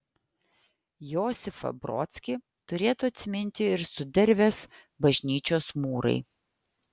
josifą brodskį turėtų atsiminti ir sudervės bažnyčios mūrai